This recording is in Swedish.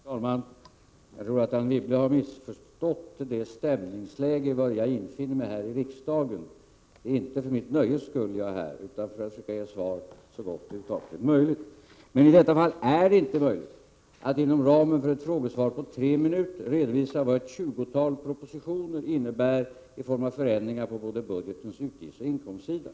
Herr talman! Jag tror att Anne Wibble har missförstått det stämningsläge i vilket jag infinner mig här i riksdagen. Det är inte för mitt eget nöjes skull jag är här, utan för att försöka ge svar så gott det över huvud taget är möjligt. I detta fall är det emellertid inte möjligt att inom ramen för ett frågesvar på tre minuter redovisa vad ett tjugotal propositioner innebär i form av förändringar på såväl budgetens utgiftssom inkomstsida.